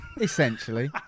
Essentially